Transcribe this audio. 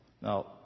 Now